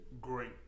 great